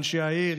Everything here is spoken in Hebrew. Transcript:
אנשי העיר,